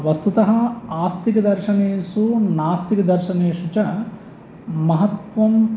वस्तुतः आस्तिकदर्शनेषु नास्तिकदर्शनेषु च महत्त्वं